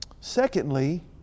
Secondly